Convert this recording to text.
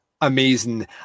amazing